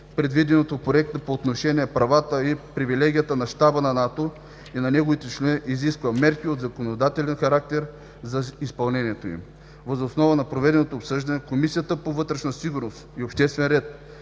предвиденото в проекта по отношение правата и привилегиите на щаба на НАТО и на неговите членове изисква мерки от законодателен характер за изпълнението им. Въз основа на проведеното обсъждане, Комисията по вътрешна сигурност и обществен ред